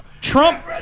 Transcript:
Trump